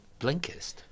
Blinkist